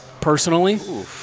personally